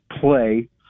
play